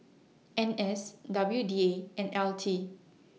N S W D A and L T